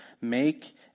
make